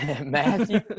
Matthew